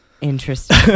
Interesting